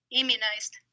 immunized